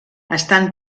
estan